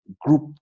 group